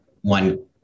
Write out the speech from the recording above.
one